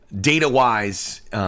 data-wise